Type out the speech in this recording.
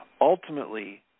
Ultimately